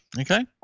Okay